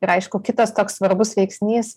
ir aišku kitas toks svarbus veiksnys